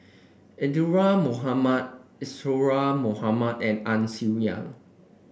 Isadhora Mohamed Isadhora Mohamed and Ang Swee Aun